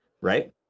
Right